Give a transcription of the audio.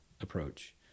approach